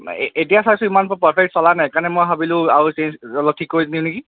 নাই এ এতিয়া চাইছোঁ ইমান বৰ পাৰফেক্ট চলা নাই সেইকাৰণে মই ভাবিলোঁ আৰু চেঞ্জ অলপ ঠিক কৰি দিওঁ নেকি